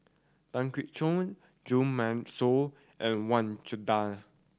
Tan Keong Choon Jo Marion Seow and Wang Chunde